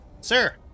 Sir